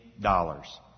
dollars